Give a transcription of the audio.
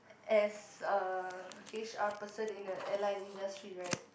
as a H_R person in the airline industry right